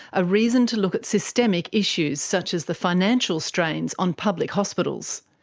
a reason to look at systemic issues, such as the financial strains on public hospitals,